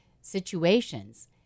situations